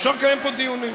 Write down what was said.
אפשר לקיים פה דיונים.